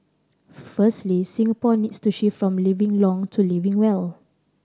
firstly Singapore needs to shift from living long to living well